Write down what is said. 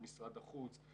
על משרד החוץ,